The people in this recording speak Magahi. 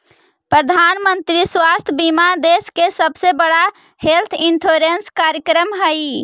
प्रधानमंत्री स्वास्थ्य बीमा देश के सबसे बड़ा हेल्थ इंश्योरेंस कार्यक्रम हई